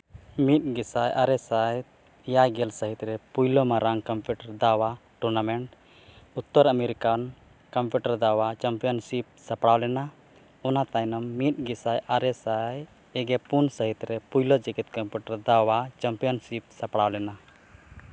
ᱢᱤᱫ ᱜᱮᱥᱟᱭ ᱟᱨᱮ ᱥᱟᱭ ᱮᱭᱟᱭ ᱜᱮᱞ ᱥᱟᱹᱦᱤᱛ ᱨᱮ ᱯᱳᱭᱞᱳ ᱢᱟᱨᱟᱝ ᱠᱚᱢᱯᱤᱭᱩᱴᱟᱨ ᱫᱟᱣᱟ ᱴᱩᱨᱱᱟᱢᱮᱱᱴ ᱩᱛᱛᱚᱨ ᱟᱢᱮᱨᱤᱠᱟᱱ ᱠᱚᱢᱯᱤᱭᱩᱴᱟᱨ ᱫᱟᱣᱟ ᱪᱟᱢᱯᱤᱭᱟᱱᱥᱤᱯ ᱥᱟᱯᱲᱟᱣ ᱞᱮᱱᱟ ᱚᱱᱟ ᱛᱟᱭᱱᱚᱢ ᱢᱤᱫ ᱜᱮᱥᱟᱭ ᱟᱨᱮ ᱥᱟᱭ ᱯᱮ ᱜᱮ ᱯᱩᱱ ᱥᱟᱹᱦᱤᱛ ᱨᱮ ᱯᱳᱭᱞᱳ ᱡᱮᱜᱮᱫ ᱠᱚᱢᱯᱤᱭᱩᱴᱟᱨ ᱫᱟᱣᱟ ᱪᱟᱢᱯᱤᱭᱟᱱᱥᱤᱯ ᱥᱟᱯᱲᱟᱣ ᱞᱮᱱᱟ